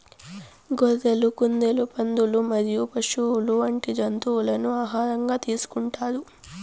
గొర్రెలు, కుందేళ్లు, పందులు మరియు పశువులు వంటి జంతువులను ఆహారంగా తీసుకుంటారు